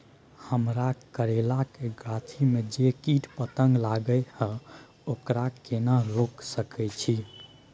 हमरा करैला के गाछी में जै कीट पतंग लगे हैं ओकरा केना रोक सके छी?